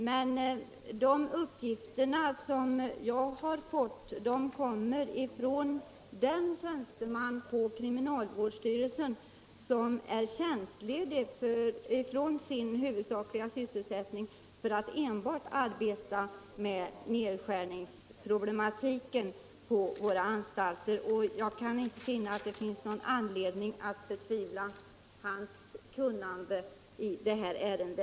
Mina uppgifter har jag fått från en tjänsteman på kriminalvårdsstyrelsen som är tjänst ledig från sin huvudsakliga sysselsättning för att enbart arbeta med nedskärningsproblematiken på våra anstalter. Och jag kan inte finna någon anledning att betvivla hans kunnande i detta ärende.